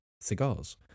cigars